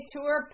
Tour